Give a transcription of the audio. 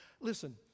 Listen